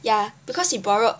ya because he borrowed